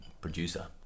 producer